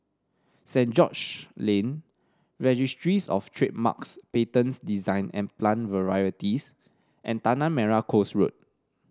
Saint George Lane Registries Of Trademarks Patents Design and Plant Varieties and Tanah Merah Coast Road